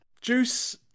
Juice